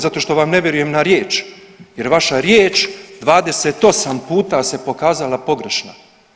Zato što vam ne vjerujem na riječ, jer vaša riječ 28 puta se pokazala pogrešna.